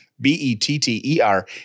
B-E-T-T-E-R